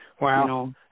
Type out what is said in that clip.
Wow